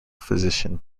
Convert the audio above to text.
physician